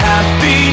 Happy